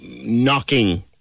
knocking